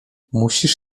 musisz